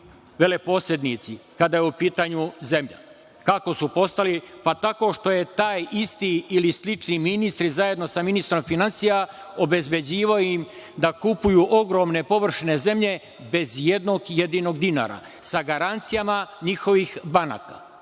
veleposednici kada je u pitanju zemlja. Kako su postali? Tako što je taj isti, ili slični ministri, zajedno sa ministrom finansija, obezbeđivao im da kupuju ogromne površine zemlje bez ijednog jedinog dinara, sa garancijama njihovih banaka.